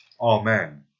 Amen